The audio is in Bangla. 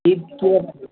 কি